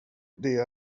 det